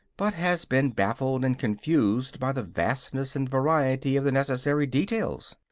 but has been baffled and confused by the vastness and variety of the necessary details.